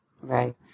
Right